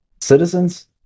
Citizens